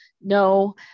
no